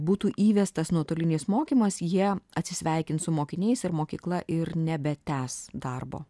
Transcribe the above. būtų įvestas nuotolinis mokymas jie atsisveikins su mokiniais ir mokykla ir nebetęs darbo